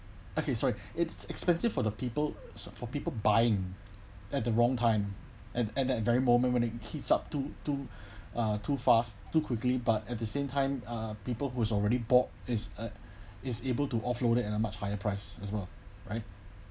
okay sorry it's expensive for the people for people buying at the wrong time and at that very moment when it heats up to to uh too fast too quickly but at the same time uh people who is already bought is a is able to offload it and a much higher price as well right